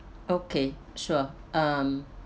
okay sure um